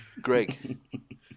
Greg